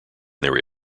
there